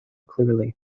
clearly